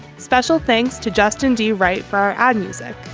special thanks to justin d right for our ad music.